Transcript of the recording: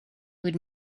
would